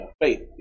faith